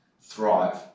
thrive